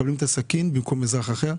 מקבלים את הסכין במקום אזרח אחר.